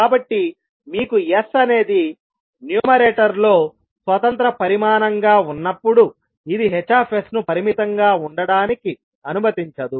కాబట్టి మీకు S అనేది న్యూమరేటర్ లో స్వతంత్ర పరిమాణంగా ఉన్నప్పుడు ఇది Hను పరిమితంగా ఉండటానికి అనుమతించదు